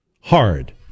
hard